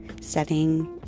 setting